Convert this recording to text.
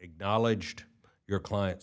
acknowledged your client